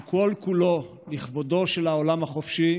שהוא כל-כולו לכבודו של העולם החופשי